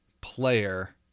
player